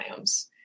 microbiomes